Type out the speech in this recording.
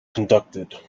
conducted